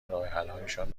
راهحلهایشان